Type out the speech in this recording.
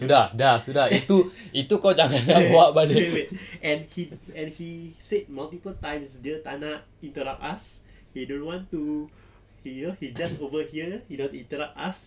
wait wait and he and he said multiple times dia tak nak interrupt us he don't want to he [pe] he just over here he don't want interrupt us